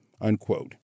unquote